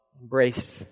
embraced